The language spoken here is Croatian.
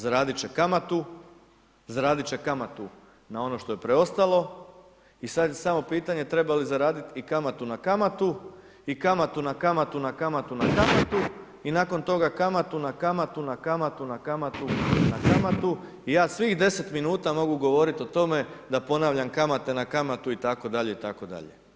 Zaraditi će kamatu, zaraditi će kamatu na ono što je preostalo i sad je samo pitanje treba li zaraditi i kamatu na kamatu i kamatu na kamatu na kamatu i nakon toga kamatu na kamatu na kamatu na kamatu na kamatu i ja svih 10 minuta mogu govoriti o tome da ponavljam kamate na kamatu itd., itd.